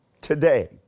today